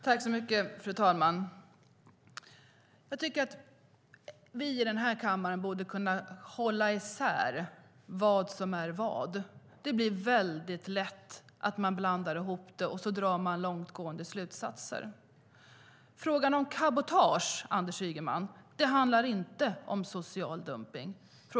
Fru talman! Vi i den här kammaren borde kunna hålla isär vad som är vad. Det är lätt att man blandar ihop det och drar långtgående slutsatser. Frågan om cabotage, Anders Ygeman, handlar inte om social dumpning.